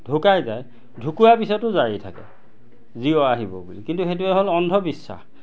ঢুকাই যায় ঢুকুৱাৰ পিছতো জাৰি থাকে জীৱ আহিব বুলি কিন্তু সেইটোৱে হ'ল অন্ধবিশ্বাস